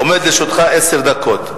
עומדות לרשותך עשר דקות.